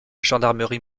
gendarmerie